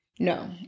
No